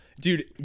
dude